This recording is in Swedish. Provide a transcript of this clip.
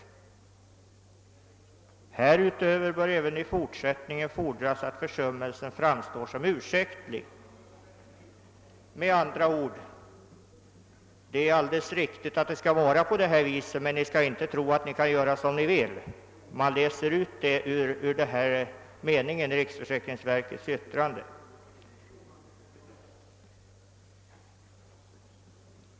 Härutöver bör även i fortsättningen fordras att försummelsen framstår som ursäktlig.> Med andra ord: Det är alldeles riktigt att det skall vara på det här sättet, men ni skall inte tro att det skall gå så lätt som ni vill! Man läser ut detta ur den meningen i riksförsäkringsverkets yttrande.